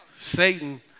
Satan